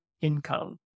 income